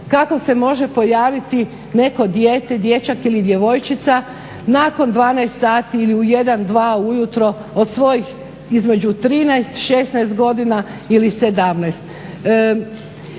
kako se može pojaviti neko dijete, dječak ili djevojčica nakon 12 sati, ili u 1, 2 ujutro od svojih između 13, 16 godina ili 17.